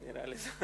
נראה לי.